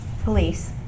police